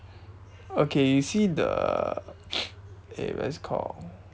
okay you see the wait what's it called